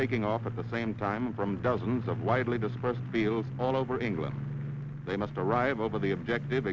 taking off at the same time from dozens of widely dispersed fields all over england they must arrive over the objective